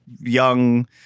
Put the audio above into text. young